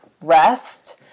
rest